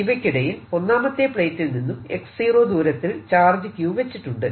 ഇവക്കിടയിൽ ഒന്നാമത്തെ പ്ലേറ്റിൽ നിന്നും x0 ദൂരത്തിൽ ചാർജ് Q വച്ചിട്ടുണ്ട്